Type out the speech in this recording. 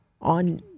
on